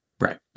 right